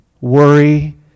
worry